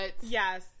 yes